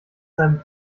seinem